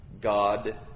God